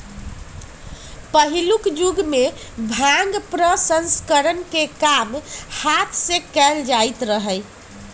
पहिलुक जुगमें भांग प्रसंस्करण के काम हात से कएल जाइत रहै